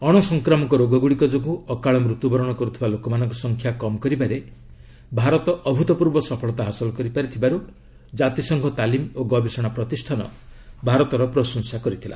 ଅଣସଂକ୍ରାମକ ରୋଗଗୁଡ଼ିକ ଯୋଗୁଁ ଅକାଳ ମୃତ୍ୟୁବରଣ କରୁଥିବା ଲୋକମାନଙ୍କ ସଂଖ୍ୟା କମ୍ କରିବାରେ ଭାରତ ଅଭ୍ରତପୂର୍ବ ସଫଳତା ହାସଲ କରିଥିବାରୁ ଜାତିସଂଘ ତାଲିମ ଓ ଗବେଷଣା ପ୍ରତିଷ୍ଠାନ ଭାରତର ପ୍ରଶଂସା କରିଥିଲା